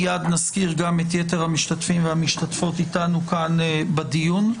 מיד מזכיר גם את יתר המשתתפים והמשתתפות איתנו כאן בדיון.